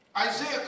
Isaiah